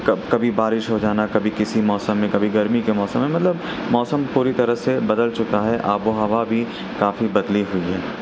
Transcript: کب کبھی بارش ہو جانا کبھی کسی موسم میں کبھی گرمی کے موسم میں مطلب موسم پوری طرح سے بدل چکا ہے آب و ہوا بھی کافی بدلی ہوئی ہے